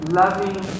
loving